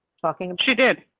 talking and she did,